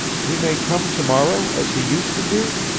he may come to-morrow as he used to do?